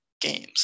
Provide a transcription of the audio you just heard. games